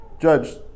Judge